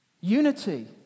Unity